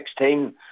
2016